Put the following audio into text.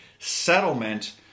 settlement